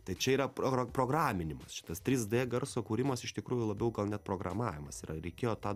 trys d garso kūrimas iš tikrųjų labiau gal net programavimas yra reikėjo tą